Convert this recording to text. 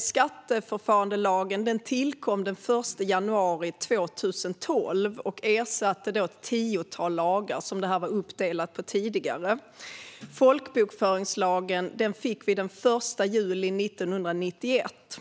Skatteförfarandelagen tillkom den 1 januari 2012 och ersatte då ett tiotal lagar som detta tidigare var uppdelat på. Folkbokföringslagen fick vi den 1 juli 1991.